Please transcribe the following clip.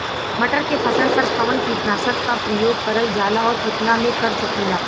मटर के फसल पर कवन कीटनाशक क प्रयोग करल जाला और कितना में कर सकीला?